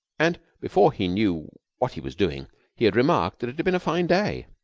and before he knew what he was doing he had remarked that it had been a fine day.